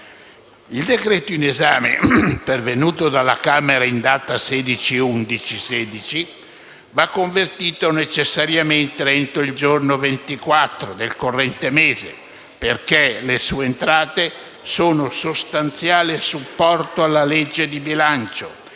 Il decreto in esame, pervenuto dalla Camera il 16 novembre 2016, deve essere convertito necessariamente entro il giorno 24 del corrente mese, perché le sue entrate sono di sostanziale supporto alla legge di stabilità